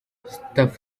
staff